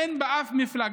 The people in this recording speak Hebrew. אין בה לאף מפלגה,